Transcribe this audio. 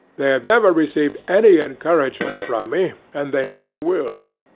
they have never received any encouragement from me and they never will.